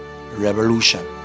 Revolution